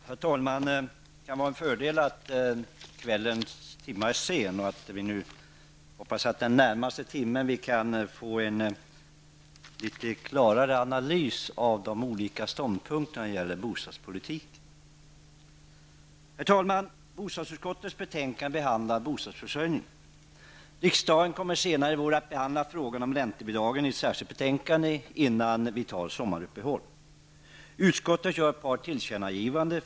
Herr talman! Det kan vara en fördel att kvällens timme är sen. Jag hoppas att vi under den närmaste timmen kan få en litet klarare analys av de olika ståndpunkterna när det gäller bostadspolitiken. I bostadsutskottets betänkande BoU12 behandlas bostadsförsörjningen. Riksdagen kommer senare i vår att behandla frågan om räntebidragen i ett särskilt betänkande innan vi tar sommaruppehåll. Utskottet gör ett par tillkännagivanden.